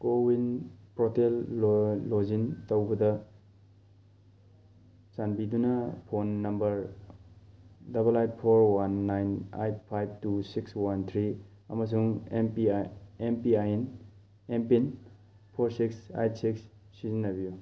CoWIN portal login ꯇꯧꯕꯗ ꯆꯥꯟꯕꯤꯗꯨꯅ phone number double eight four one nine eight five two six one three ꯑꯃꯁꯨꯡ M P M P I N M PIN four six eight six ꯁꯤꯖꯤꯟꯅꯕꯤꯌꯨ